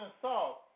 salt